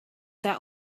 that